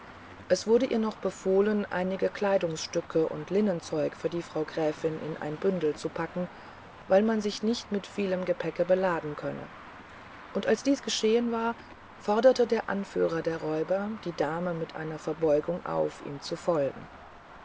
es wurde ihr noch befohlen einige kleidungsstücke und linnenzeug für die frau gräfin in einen bündel zu packen weil man sich nicht mit vielem gepäcke beladen könne und als dies geschehen war foderte der anführer der räuber die dame mit einer verbeugung auf ihm zu folgen